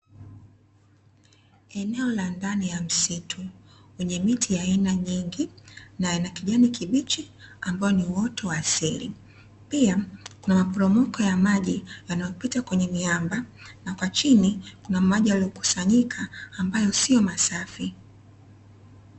Eneo la ndani ya msitu wenye miti ya aina nyingi, na ina kijani kibichi ambao ni uoto wa asili. Pia kuna maporomoko ya maji yanayopita kwenye miamba na kwa chini kuna maji yaliyokusanyika ambayo sio masafi.